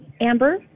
Amber